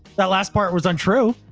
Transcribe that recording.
that last part was untrue.